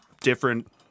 different